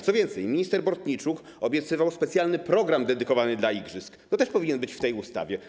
Co więcej, minister Bortniczuk obiecywał specjalny program dedykowany igrzyskom, który powinien być w tej ustawie.